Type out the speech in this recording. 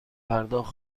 پرداخت